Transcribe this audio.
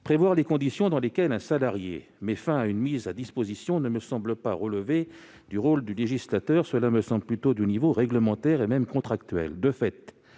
prévoir les conditions dans lesquelles un salarié met fin à une mise à disposition ne me semble pas relever du rôle du législateur. Ce serait plutôt du niveau réglementaire, et même contractuel.